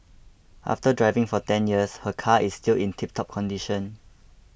after driving for ten years her car is still in tiptop condition